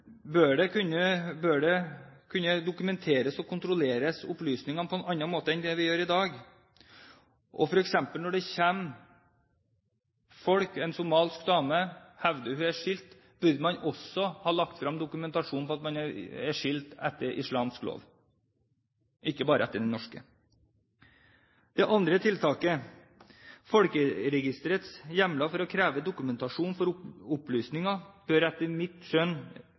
Bør opplysningene kunne dokumenteres og kontrolleres på en annen måte enn det vi gjør i dag? For eksempel, når det kommer en somalisk dame og hevder at hun er skilt, burde hun også legge fram dokumentasjon på at hun er skilt etter islamsk lov, ikke bare etter den norske? Det andre tiltaket: Folkeregisterets hjemler for å kreve dokumentasjon for opplysninger bør etter mitt skjønn